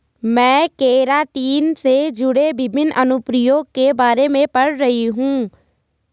मैं केराटिन से जुड़े विभिन्न अनुप्रयोगों के बारे में पढ़ रही हूं